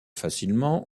facilement